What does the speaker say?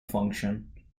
function